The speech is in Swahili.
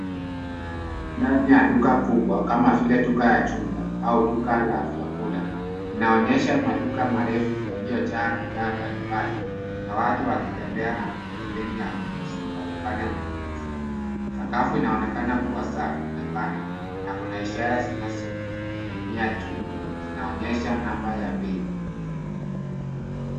Huu ni ndani ya duka kubwa kama vile, duka ya jumla au duka la vyakula. Inaonyesha maduka marefu yaliyojaa bidhaa mbali mbali, na watu wakitembea na mkokoteni ya ununuzi wakifanya manunuzi. Sakafu inaonekana kua safi na pana, na kuna ishara zinazoning'inia juu, zinaonyesha namba ya bei.